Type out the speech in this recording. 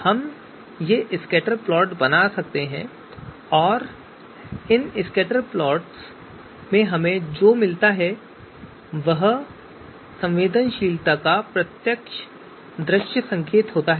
हम ये scatter plot बना सकते हैं और इन स्कैटरप्लॉट्स में हमें जो मिलता है वह संवेदनशीलता का प्रत्यक्ष दृश्य संकेत है